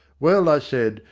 well, i said,